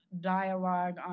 dialogue